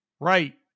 Right